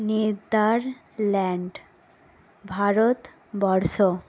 Netherland Bharatvarsha